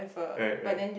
right right